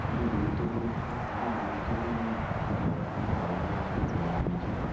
খুবই গুরুত্বপূর্ণ ও খুবই গুরুত্বপূর্ণ ভূমিকা পালন করে আমাদের দৈনন্দিন জীবনে